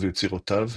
רוב יצירותיו,